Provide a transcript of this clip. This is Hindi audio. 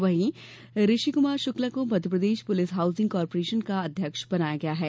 वहीं ऋषि कुमार शुक्ला को मध्यप्रदेश पुलिस हाउसिंग कार्पोरेशन के अध्यक्ष बनाया गया है